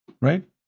right